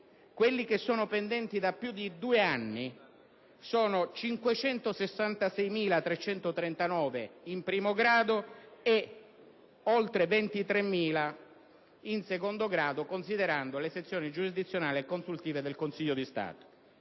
quelli pendenti da più di due anni sono 566.339 in primo grado e oltre 23.000 in secondo grado, considerando le sezioni giurisdizionali e consultive del Consiglio di Stato.